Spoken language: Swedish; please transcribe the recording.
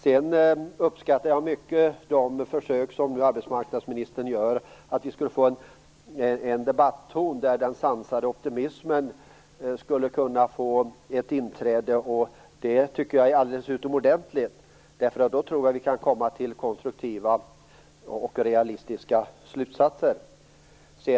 Jag uppskattar mycket arbetsmarknadsministerns försök att skapa en debatton där den sansade optimismen skulle kunna få inträde. Det är alldeles utomordentligt. Då tror jag nämligen att vi kan komma till konstruktiva och realistiska slutsatser.